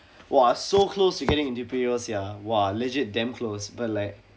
!wah! so close to getting into imperial sia !wah! legit damn close but like